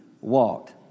walked